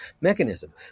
mechanism